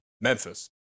Memphis